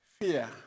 fear